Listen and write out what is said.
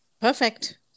Perfect